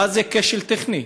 מה זה כשל טכני?